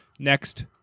Next